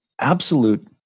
absolute